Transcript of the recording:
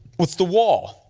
what's the wall?